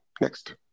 Next